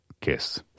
kiss